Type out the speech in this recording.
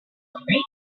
great